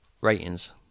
ratings